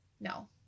No